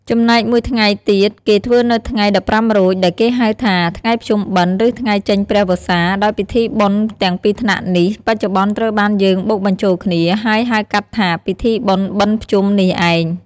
ចំណែកមួយថ្ងៃទៀតគេធ្វើនៅថ្ងៃ ១៥រោច ដែលគេហៅថាថ្ងៃភ្ជុំបិណ្ឌ ឬថ្ងៃចេញព្រះវស្សាដោយ ពិធីបុណ្យទាំងពីរថ្នាក់នេះ បច្ចុប្បន្នត្រូវបានយើងបូកបញ្ចូលគ្នា ហើយហៅកាត់ថា ពិធីបុណ្យបិណ្ឌភ្ជុំនេះឯង។